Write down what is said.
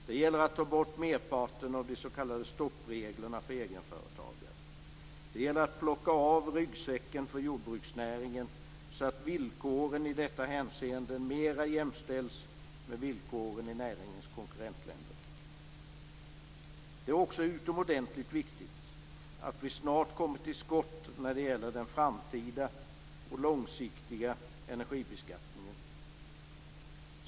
Det gäller att ta bort merparten av de s.k. stoppreglerna för egenföretagare. Det gäller att plocka av ryggsäcken från jordbruksnäringen, så att villkoren i detta hänseende mera jämställs med villkoren i näringens konkurrentländer. Det är också utomordentligt viktigt att vi snart kommer till skott när det gäller den framtida och långsiktiga energibeskattningen.